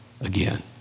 again